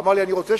אמר לי: כתבתי